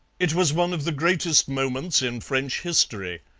it was one of the greatest moments in french history.